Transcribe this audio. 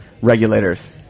regulators